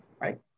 right